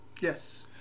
Yes